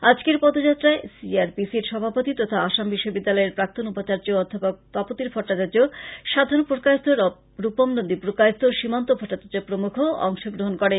আজকের পদযাত্রায় C R P C র সভাপতি তথা আসাম বিশ্ববিদ্যালয়ের প্রাক্তন উপাচার্য্য অধ্যাপক তপোধীর ভট্টাচার্য্য সাধন পুরকায়স্থ রূপম নন্দী পুরকায়স্থ সীমান্ত ভট্টাচার্য প্রমৃখ অংস গ্রহন করেন